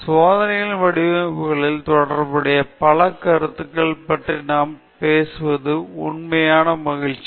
சோதனைகளின் வடிவமைப்புடன் தொடர்புடைய பல கருத்துக்களைப் பற்றி பேசியது ஒரு உண்மையான மகிழ்ச்சி